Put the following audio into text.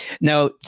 now